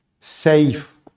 safe